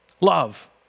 Love